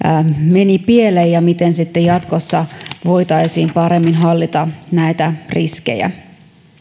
meni pieleen ja miten sitten jatkossa voitaisiin paremmin hallita näitä riskejä